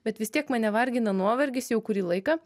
bet vis tiek mane vargina nuovargis jau kurį laiką